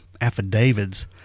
affidavits